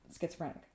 schizophrenic